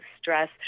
stress